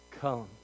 come